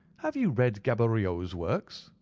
have you read gaboriau's works?